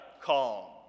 calm